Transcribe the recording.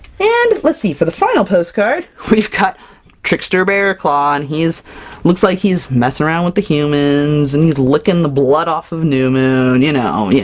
and let's see for the final postcard, we've got trickster bearclaw, and he's looks like he's messing around with the humans, and he's licking the blood off of new moon! you know, yeah,